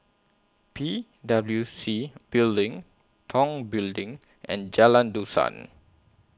P W C Building Tong Building and Jalan Dusan